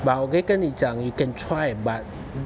but 我可以跟你讲 you can try but